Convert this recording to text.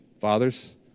fathers